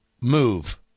move